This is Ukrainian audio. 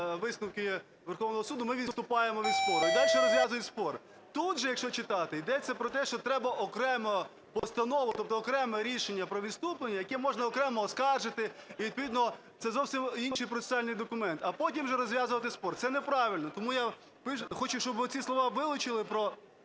висновки Верховного Суду, ми відступаємо від спору і дальше розв’язують спір. Тут же якщо читати, йдеться про те, що треба окрему постанову, тобто окреме рішення про відступлення, яке можна окремо оскаржити і відповідно це зовсім інший процесуальний документ, а потім вже розв’язувати спір. Це неправильно. Тому я хочу, щоб ви ці слова вилучили про